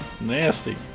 nasty